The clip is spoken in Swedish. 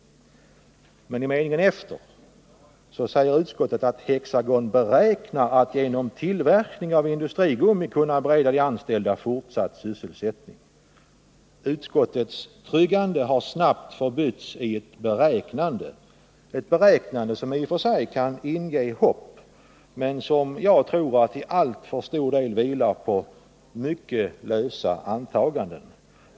I nästa mening skriver emellertid utskottet att Hexagon ”beräknar att genom tillverkning av industrigummi kunna bereda de anställda fortsatt sysselsättning”. Utskottets ”tryggande” har snabbt förbytts i ett ”beräknande”, ett beräknande som i och för sig kan inge hopp, men som jag tror till allt för stor del vilar på mycket lösa antaganden.